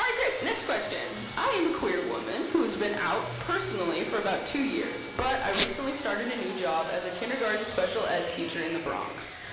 like great, next question, i am a queer woman who has been out personally for about two years, but i recently started a new job as a kindergarten special ed teacher in the bronx.